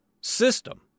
system